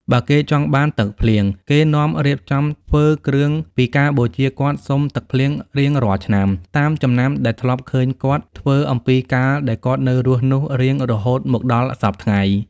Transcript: បើគេចង់ បានទឹកភ្លៀង គេនាំរៀបចំធ្វើគ្រឿងពីការបូជាគាត់សុំទឹកភ្លៀងរៀងរាល់ឆ្នាំ តាមចំណាំដែលធ្លាប់ឃើញគាត់ ធ្វើអំពីកាលដែលគាត់នៅរស់នោះរៀងរហូតមកដល់សព្វថ្ងៃ ។